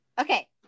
Okay